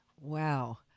Wow